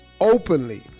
openly